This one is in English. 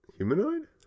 Humanoid